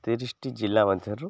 ତିରିଶିଟି ଜିଲ୍ଲା ମଧ୍ୟରୁ